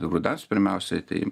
rūdas pirmiausiai tai